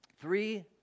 three